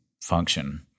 function